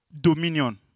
dominion